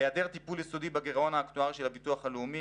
היעדר טיפול יסודי בגירעון האקטוארי של הביטוח הלאומי